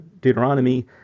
deuteronomy